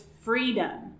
freedom